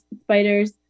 spiders